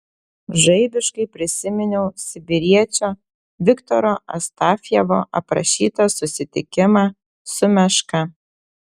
žaibiškai prisiminiau sibiriečio viktoro astafjevo aprašytą susitikimą su meška